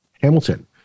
Hamilton